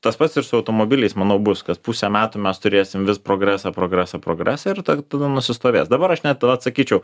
tas pats ir su automobiliais manau bus kas pusę metų mes turėsim vis progresą progresą progresą ir tada nusistovės dabar aš net atsakyčiau